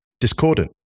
discordant